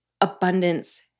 abundance